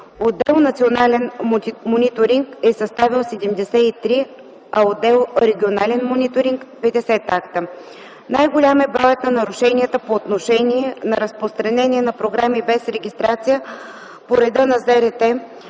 Отдел „Национален мониторинг” е съставил 73, а отдел „Регионален мониторинг” – 50 акта. Най-голям е броят на нарушенията по отношение на разпространение на програми без регистрация по реда на ЗРТ,